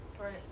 Right